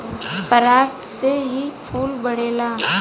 पराग से ही फूल बढ़ेला